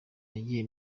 nagiye